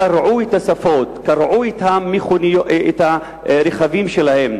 קרעו את הספות, קרעו את הרכבים שלהם,